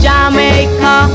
Jamaica